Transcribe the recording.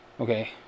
Okay